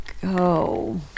go